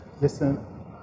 listen